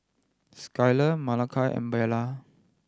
Skyler Malakai and Bella